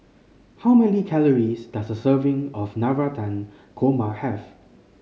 how many calories does a serving of Navratan Korma have